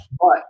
But-